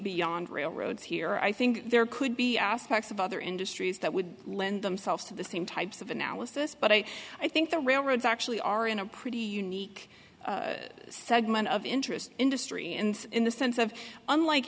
beyond railroads here i think there could be aspects of other industries that would lend themselves to the same types of analysis but i i think the railroads actually are in a pretty unique segment of interest industry and in the sense of unlike